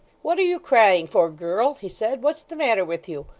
what are you crying for, girl he said. what's the matter with you?